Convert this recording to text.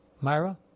Myra